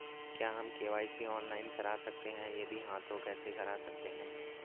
क्या हम KYC online करा सकते हैं यदि हाँ तो कैसे करा सकते हैं?